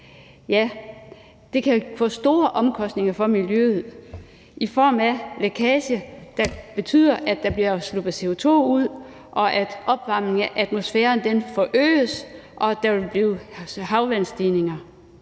Ja, det kan have store omkostninger for miljøet i form af lækage, der betyder, at der bliver sluppet CO2 ud, at opvarmningen af atmosfæren forøges, og at der vil blive havvandsstigninger.